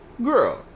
girl